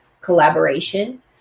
collaboration